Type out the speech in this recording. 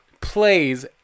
plays